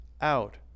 out